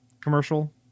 commercial